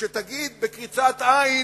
שתגיד בקריצת עין: